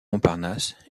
montparnasse